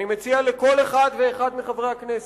אני מציע לכל אחד ואחד מחברי הכנסת,